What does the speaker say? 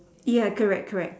ya correct correct